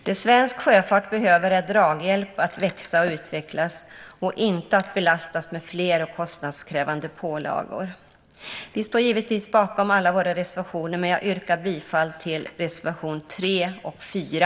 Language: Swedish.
Det svensk sjöfart behöver är draghjälp att växa och utvecklas och inte att belastas med fler och kostnadskrävande pålagor. Vi står givetvis bakom alla våra reservationer, men jag yrkar bifall till reservationerna 3 och 4.